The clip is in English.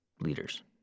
leaders